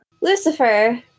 Lucifer